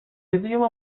idioma